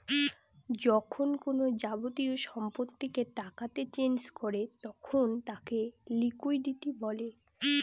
যখন কোনো যাবতীয় সম্পত্তিকে টাকাতে চেঞ করে তখন তাকে লিকুইডিটি বলে